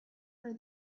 for